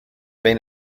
been